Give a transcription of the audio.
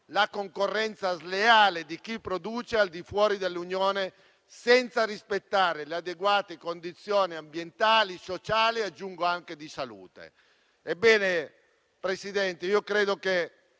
la concorrenza sleale di chi produce al di fuori dell'Unione senza rispettare le adeguate condizioni ambientali, sociali e di salute.